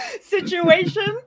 situation